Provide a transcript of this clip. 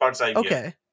Okay